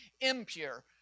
impure